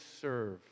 serve